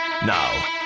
Now